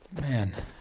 Man